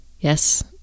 Yes